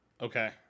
Okay